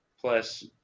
plus